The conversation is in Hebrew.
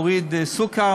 מוריד סוכר,